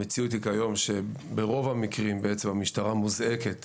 המציאות, כיום, היא שברוב המקרים המשטרה מוזעקת